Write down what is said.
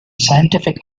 scientific